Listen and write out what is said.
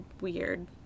weird